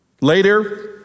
Later